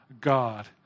God